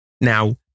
Now